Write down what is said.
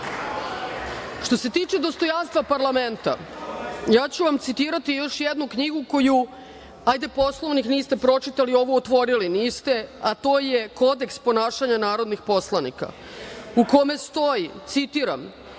se tiče dostojanstva parlamenta, citiraću vam još jednu knjigu koju, hajde Poslovnik niste pročitali, ovu otvorili niste, a to je Kodeks ponašanja narodnih poslanika, u kome stoji citiram